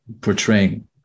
portraying